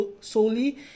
solely